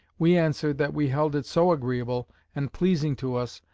we answered, that we held it so agreeable and pleasing to us,